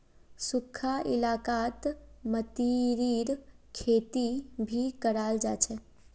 सुखखा इलाकात मतीरीर खेती भी कराल जा छे